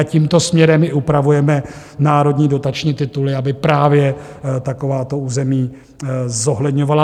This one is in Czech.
Tímto směrem i upravujeme národní dotační tituly, aby právě takováto území zohledňovaly.